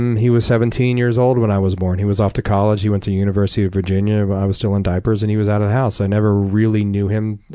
and he was seventeen years old when i was born. he was off to college. he went to university of virginia. but i was still in diapers, and he was out of the house. so i never really knew him.